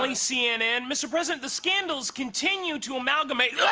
um cnn, mr. president the scandals continue to amalgamate.